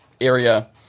area